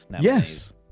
Yes